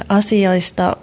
asioista